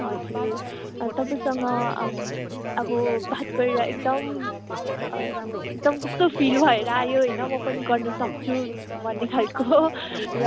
हजुर तपाईँसँग अब अब बात गरेर एकदम एकदम कस्तो फिल भएर आयो होइन म पनि गर्नुसक्छु भन्ने खालको र